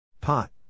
Pot